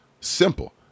Simple